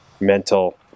mental